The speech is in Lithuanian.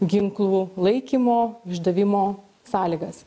ginklų laikymo išdavimo sąlygas